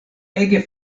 ege